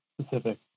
specific